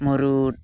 ᱢᱩᱨᱩᱫ